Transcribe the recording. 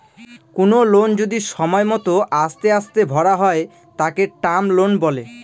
কোনো লোন যদি সময় মত আস্তে আস্তে ভরা হয় তাকে টার্ম লোন বলে